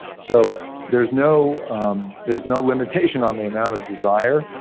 so there's no there's no limitation on the amount of desire,